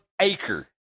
acre